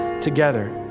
together